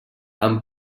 amb